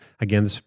again